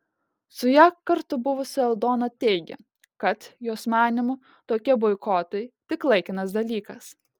su ja kartu buvusi aldona teigė kad jos manymu tokie boikotai tik laikinas dalykas